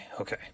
okay